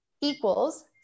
equals